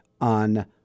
on